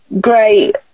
great